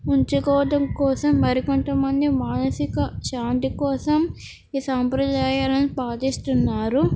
ఉంచుకోవటం కోసం మరికొంతమంది మానసిక శాంతి కోసం ఈ సాంప్రదాయాలను పాటిస్తున్నారు